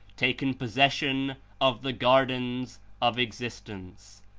taken possession of the gardens of existence.